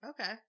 Okay